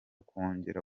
kongera